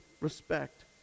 respect